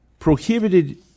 prohibited